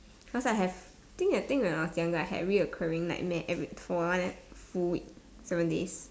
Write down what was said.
cause I have think I think when I was younger I had recurring nightmare every for one and full week seven days